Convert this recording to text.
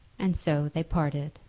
and so they parted.